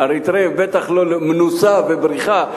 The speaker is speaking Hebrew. בטח לא מנוסה ובריחה,